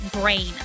Brain